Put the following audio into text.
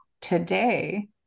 today